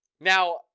Now